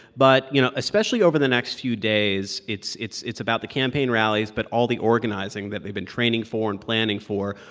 but, you know, especially over the next few days, it's it's about the campaign rallies but all the organizing that they've been training for and planning for.